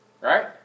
Right